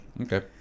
okay